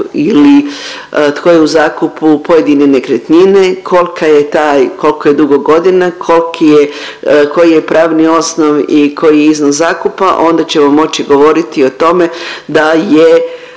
ili tko je u zakupu pojedine nekretnine, kolka je taj kolko je dugo godina, koji je pravni osnov i koji je iznos zakupa onda ćemo moći govoriti o tome da je